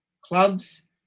clubs